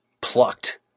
plucked